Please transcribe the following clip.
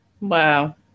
Wow